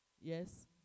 Yes